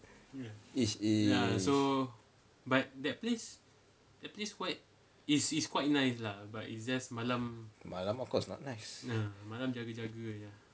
ish ish of course not nice